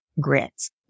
grits